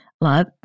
love